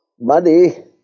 money